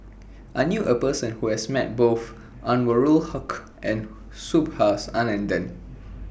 I knew A Person Who has Met Both Anwarul Haque and Subhas Anandan